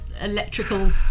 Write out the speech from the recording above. electrical